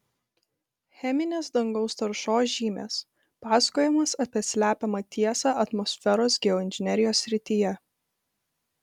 cheminės dangaus taršos žymės pasakojimas apie slepiamą tiesą atmosferos geoinžinerijos srityje